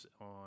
on